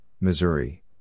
Missouri